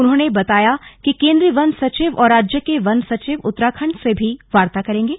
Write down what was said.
उन्होंने बताया कि केंद्रीय वन सचिव और राज्य के वन सचिव उत्तराखण्ड से भी वार्ता करेंगे